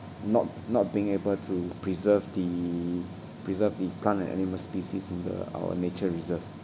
not not being able to preserve the preserve the plant and animal species in the our nature reserve